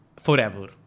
forever